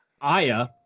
Aya